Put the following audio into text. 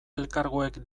elkargoek